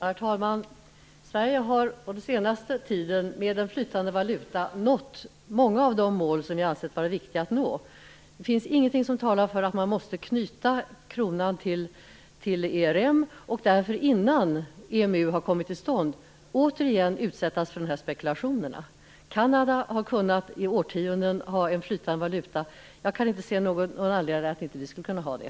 Herr talman! Sverige har på den senaste tiden med en flytande valuta nått många av de mål som vi har ansett vara viktiga att nå. Det finns ingenting som talar för att man måste knyta kronan till ERM och därför, innan EMU har kommit till stånd, återigen utsätta oss för spekulationer. Kanada har i årtionden kunnat har en flytande valuta. Jag kan inte se någon anledning till att inte vi skulle kunna ha det.